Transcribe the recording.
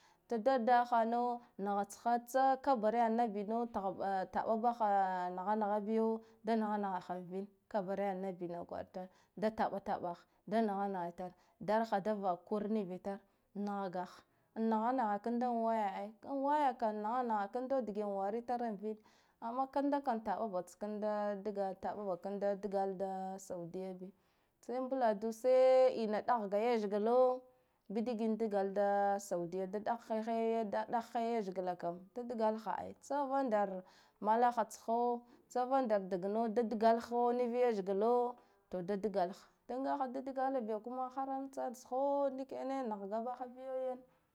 Tsa da hano naha tsha tsa kabari ah nabino tah ba taɓa baha naha naha biyo da naha naha ha vin kabarin an nabina kwara itar, da taɓa taɓa ha da naha naha ha itar dalaha da vakakur nivitar nah gaha an naha naha kanda an waya ai an woya kam naha naha kanda dage wara itare an vin amma kanda kam taɓa batkanda taɓakanda dgala da faudiya bi sai mbula du sai ina ɗahga lethgla bi digin da dgala da saudiya da ɗah ya lethgla kam da dgala ha ai tsa van dara malaho tsha tsa vanda dagno da dgala nau lethgla, to da dgalaha da ngaha da dgala biya kuma har amstsa sho ndikene nahga baha biyo